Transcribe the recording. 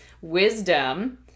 Wisdom